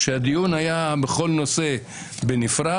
כשהדיון היה בכל נושא בנפרד,